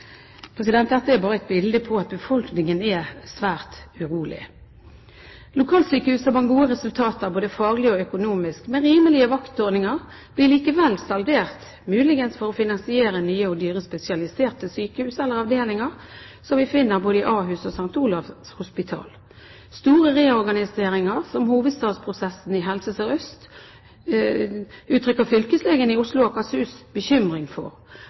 Dette er bare et bilde på at befolkningen er svært urolig. Lokalsykehus som har gode resultater – både faglig og økonomisk – med rimelige vaktordninger, blir likevel saldert, muligens for å finansiere nye dyre og spesialiserte sykehus eller avdelinger, som vi finner både i Ahus og St. Olavs hospital. Store reorganiseringer, som hovedstadsprosessen i Helse Sør-Øst, uttrykker fylkeslegen i Oslo og Akershus bekymring for.